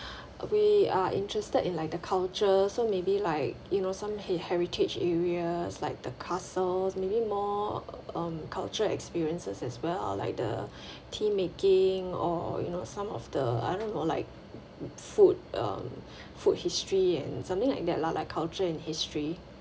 we are interested in like the culture so maybe like you know some he~ heritage areas like the castle maybe more um culture experiences as well like the tea making or you know some of the I don't know like food um food history and something like that lah like culture and history